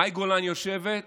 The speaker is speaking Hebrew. מאי גולן יושבת ואומרת: